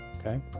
Okay